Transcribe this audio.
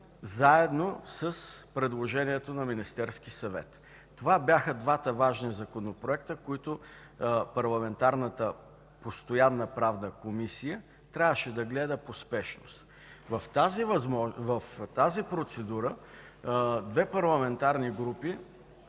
заедно с предложението на Министерския съвет. Това бяха двата важни законопроекта, които парламентарната постоянна Комисия по правни въпроси трябваше да гледа по спешност. В тази процедура две парламентарни групи